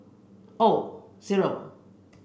O zero